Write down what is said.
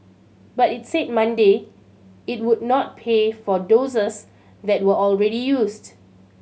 but it said Monday it would not pay for doses that were already used